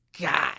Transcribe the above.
God